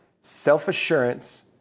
self-assurance